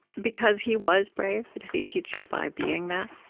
because he was brave? did he teach you by being that?